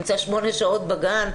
הוא נמצא שמונה שעות בגן,